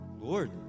Lord